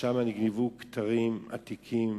ששם נגנבו כתרים עתיקים,